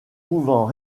pouvant